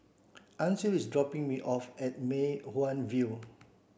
Ancil is dropping me off at Mei Hwan View